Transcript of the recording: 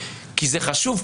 כי זה חשוב.